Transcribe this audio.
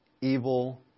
evil